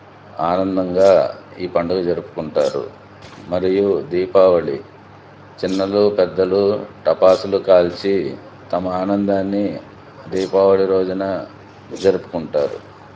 ఆనందంగా ఈ పండుగ జరుపుకుంటారు మరియు దీపావళి చిన్నలు పెద్దలు టపాసులు కాల్చి తమ ఆనందాన్ని దీపావళి రోజున జరుపుకుంటారు